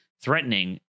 threatening